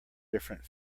different